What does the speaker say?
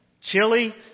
Chili